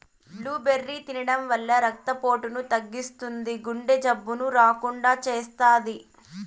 blueberry తినడం వల్ల రక్త పోటును తగ్గిస్తుంది, గుండె జబ్బులు రాకుండా చేస్తాది